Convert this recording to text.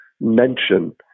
mention